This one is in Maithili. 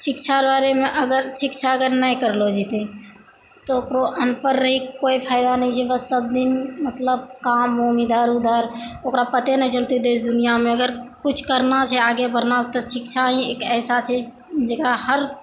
शिक्षा रऽ बारेमे अगर शिक्षा अगर नहि करलऽ जेतै तऽ ओकरो अनपढ़ रही कऽ कोइ फायदा नहि छै बस सब दिन मतलब काम उम इधर उधर ओकरा पते नहि चलतै देश दुनिआमे अगर कुछ करना छै आगे बढ़ना छै शिक्षा ही एक ऐसा छै जकरा हर